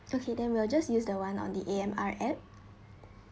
okay then we will just use the one on the A_M_R app